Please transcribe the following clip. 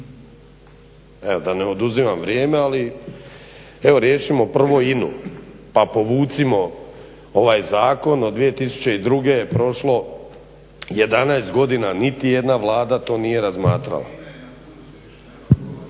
Evo da ne oduzimam vrijeme evo riješimo prvo INA-u pa povucimo ovaj zakon od 2002.je prošlo 11 godina niti jedna vlada to nije razmatrala.